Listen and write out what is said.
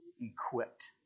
equipped